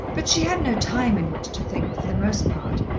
but she had no time in which to think, for the most part,